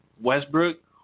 Westbrook